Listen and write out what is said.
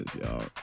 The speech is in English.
y'all